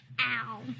Ow